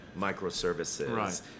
microservices